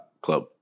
club